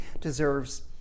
deserves